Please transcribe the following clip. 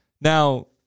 Now